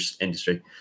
industry